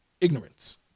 ignorance